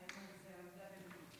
אימאן ח'טיב יאסין.